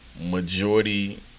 Majority